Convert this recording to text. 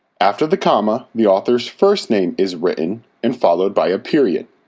after the comma the author's first name is written and followed by a period.